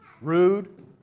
Rude